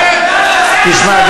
תשמע,